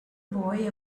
boy